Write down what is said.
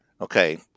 Okay